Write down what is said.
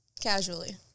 casually